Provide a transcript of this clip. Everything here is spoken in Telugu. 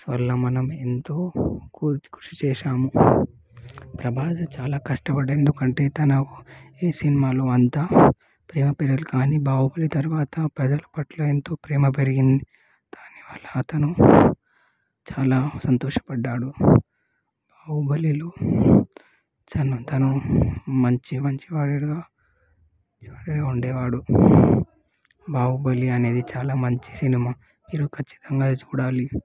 ప్రభాస్ వల్ల మనం ఎంతో కృషి చేశాము ప్రభాస్ చాలా కష్టపడ్డాడు ఎందుకంటే తను ఈ సినిమాలో అంతా ప్రేమ పెరగలే కానీ బాహుబలి తర్వాత ప్రజల పట్ల ఎంతో ప్రేమ పెరిగింది దానివల్ల అతను చాలా సంతోషపడ్డాడు బాహుబలిలో చాలా తను మంచి మంచి వాడుగా ఉండేవాడు బాహుబలి అనేది చాలా మంచి సినిమా మీరు ఖచ్చితంగా చూడాలి